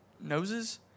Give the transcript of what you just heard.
noses